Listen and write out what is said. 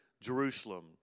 Jerusalem